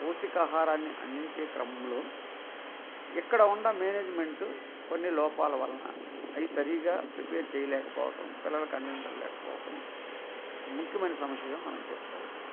పౌష్టికాహారాన్ని అందించే క్రమంలో ఇక్కడ ఉండ మేనేజ్మెంటు కొన్ని లోపాల వలన అయి సరిగా ప్రిపేర్ చేయలేకపోటం పిల్లలకి అందించలేకపోవటం ముఖ్యమైన సమస్యగా మనం చెప్పుకోవచ్చు